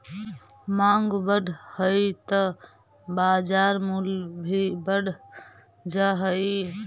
माँग बढ़ऽ हइ त बाजार मूल्य भी बढ़ जा हइ